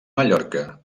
mallorca